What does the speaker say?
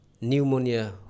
Pneumonia